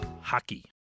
hockey